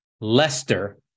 Leicester